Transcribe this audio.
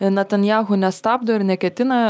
natanjahu nestabdo ir neketina